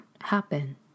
happen